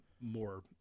more